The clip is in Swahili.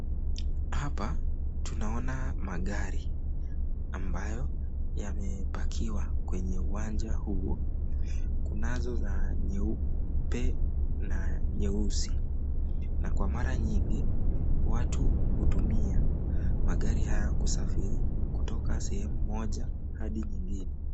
Hapa tunaona magari ambayo yamepakiwa kwenye uwanja huu. Kunazo za nyeupe na nyeusi na kwa mara nyingi watu hutumia magari haya kusafiri kutoka sehemu moja hadi nyingine.